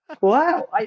Wow